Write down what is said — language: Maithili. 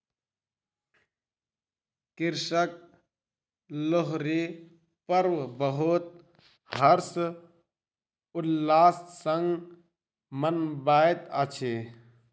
कृषक लोहरी पर्व बहुत हर्ष उल्लास संग मनबैत अछि